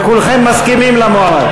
וכולכם מסכימים למועמד?